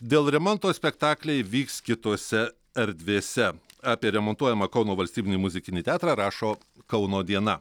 dėl remonto spektakliai vyks kitose erdvėse apie remontuojamą kauno valstybinį muzikinį teatrą rašo kauno diena